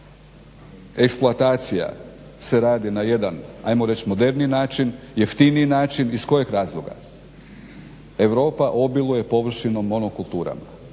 eksploatacija se radi na jedan ajmo reći moderniji način, jeftiniji način, iz kojeg razloga? Europa obiluje površinom monokulturama